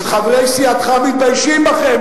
שחברי סיעתך מתביישים בכם,